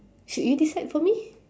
should you decide for me